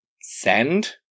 send